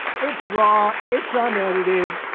it's raw, it's unedited,